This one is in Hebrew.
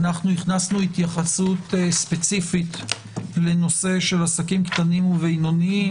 הכנסנו התייחסות ספציפית לנושא של עסקים קטנים ובינוניים.